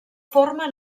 formen